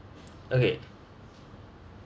okay